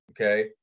okay